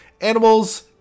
animals